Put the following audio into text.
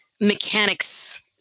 mechanics